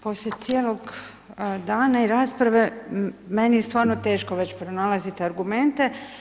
Poslije cijelog dana i rasprave meni je stvarno teško već pronalaziti argumente.